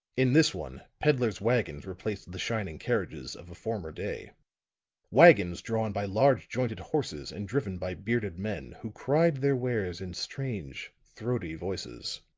in this one peddler's wagons replaced the shining carriages of a former day wagons drawn by large-jointed horses and driven by bearded men who cried their wares in strange, throaty voices.